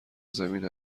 زمین